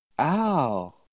Ow